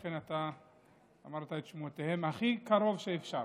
אכן, אתה אמרת את שמותיהם הכי קרוב שאפשר.